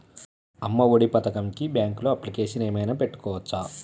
అమ్మ ఒడి పథకంకి బ్యాంకులో అప్లికేషన్ ఏమైనా పెట్టుకోవచ్చా?